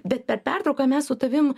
bet per pertrauką mes su tavim